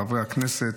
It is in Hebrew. חברי הכנסת,